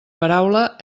paraula